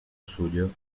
suyo